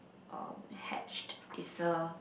um Hatched is a